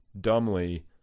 dumbly